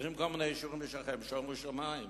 שומו שמים.